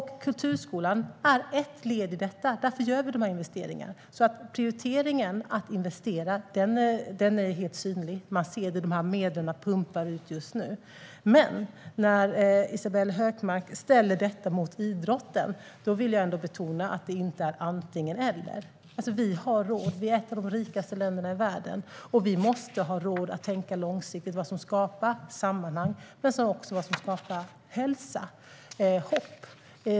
Kulturskolan är ett led i detta. Därför gör vi dessa investeringar. Prioriteringen att investera är helt synlig. Man ser den i och med att medlen pumpar ut just nu. Men när Isabella Hökmark ställer detta mot idrotten vill jag betona att det inte är antingen eller. Vi har råd. Sverige är ett av de rikaste länderna i världen. Vi måste ha råd att tänka långsiktigt på vad som skapar sammanhang och också på vad som skapar hälsa och hopp.